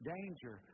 Danger